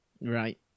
Right